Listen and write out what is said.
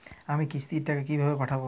আমি কিস্তির টাকা কিভাবে পাঠাব?